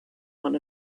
one